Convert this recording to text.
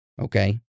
Okay